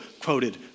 quoted